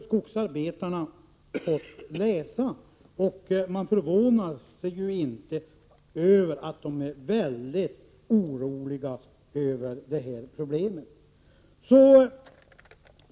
Skogsarbetarna har läst denna experts uttalande, och man förvånas inte över att de är vädligt oroliga över detta problem.